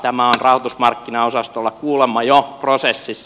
tämä on rahoitusmarkkinaosastolla kuulemma jo prosessissa